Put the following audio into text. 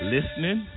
Listening